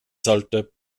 sollte